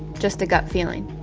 just to gut feeling.